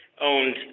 owned